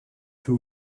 two